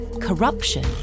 corruption